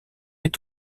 est